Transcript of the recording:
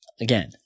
again